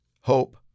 hope